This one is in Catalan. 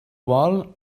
vol